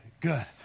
Good